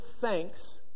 thanks